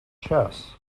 chess